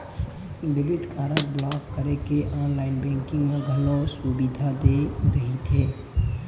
debit card block करे के online banking म घलो सुबिधा दे रहिथे